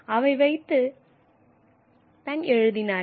அதை வைத்து தான் எழுதினார்கள்